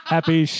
Happy